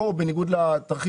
לא, אבל למה יש בעיה